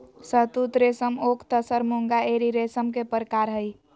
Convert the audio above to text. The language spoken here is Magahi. शहतुत रेशम ओक तसर मूंगा एरी रेशम के परकार हई